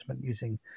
using